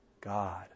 God